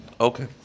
Okay